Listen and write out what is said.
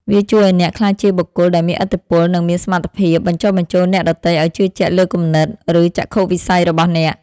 វាជួយឱ្យអ្នកក្លាយជាបុគ្គលដែលមានឥទ្ធិពល និងមានសមត្ថភាពបញ្ចុះបញ្ចូលអ្នកដទៃឱ្យជឿជាក់លើគំនិត ឬចក្ខុវិស័យរបស់អ្នក។